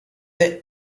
the